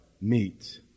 meet